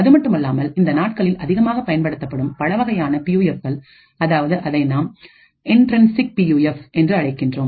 அதுமட்டுமல்லாமல் இந்த நாட்களில் அதிகமாக பயன்படுத்தப்படும் பலவகையான பியூஎஃப்கள் அதாவது அதை நாம் இன்டர்ன்சிக் பியூஎஃப் என்று அழைக்கின்றோம்